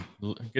Good